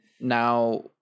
now